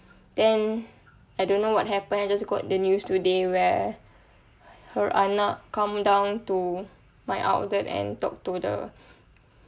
then I don't know what happen I just got the news today where her anak come down to my outlet and talk to the